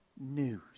news